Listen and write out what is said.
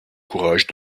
courage